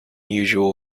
usual